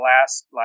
last